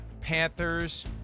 Panthers